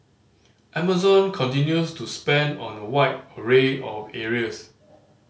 amazon continues to spend on a wide array of areas